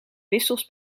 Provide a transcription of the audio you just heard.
wissels